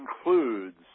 includes